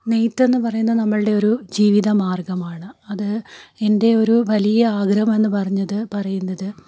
നെയ്ത്തെന്നു പറയുന്ന നമ്മളുടെ ഒരു ജീവിത മാർഗ്ഗമാണ് അത് എൻ്റെ ഒരു വലിയ ആഗ്രഹം എന്നു പറഞ്ഞത് പറയുന്നത്